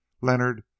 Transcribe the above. leonard